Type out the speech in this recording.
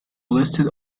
listed